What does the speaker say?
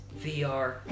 VR